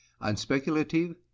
unspeculative